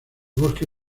bosque